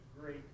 great